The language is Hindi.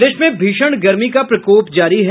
प्रदेश में भीषण गर्मी का प्रकोप जारी है